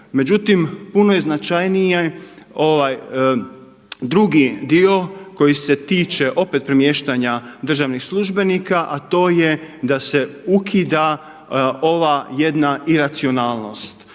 Međutim, puno je značajniji drugi dio koji se tiče opet premještanja državnih službenika a to je da se ukida ova jedna iracionalnost.